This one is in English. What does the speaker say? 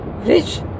Rich